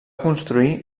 construir